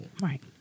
Right